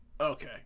Okay